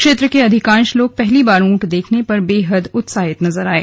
क्षेत्र के अधिकांश लोग पहली बार ऊंट देखने पर बेहद उत्साहित नजर आये